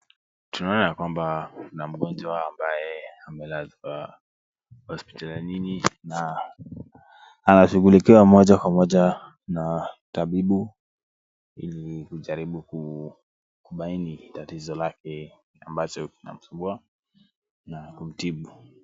Tunaona ya kwamba kuna mgonjwa ambaye amelazwa hospitalini na anashughulikiwa moja kwa moja na tabibu ili kujaribu kubaini tatizo lake ambacho kina msumbua na kutibu.